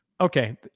Okay